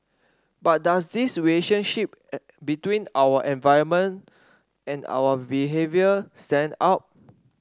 but does this relationship between our environment and our behaviour stand out